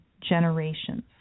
generations